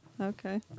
Okay